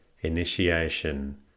initiation